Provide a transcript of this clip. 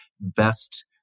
best